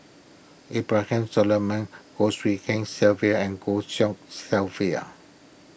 Abraham Solomon Goh Tshin Sylvia and Goh Tshin Sylvia